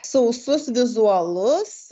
sausus vizualus